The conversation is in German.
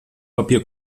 papier